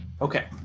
Okay